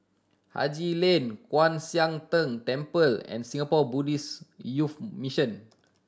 Haji Lane Kwan Siang Tng Temple and Singapore Buddhist Youth Mission